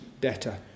debtor